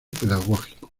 pedagógico